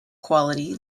quality